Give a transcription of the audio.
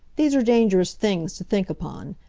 these are dangerous things to think upon.